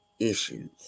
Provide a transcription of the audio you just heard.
issues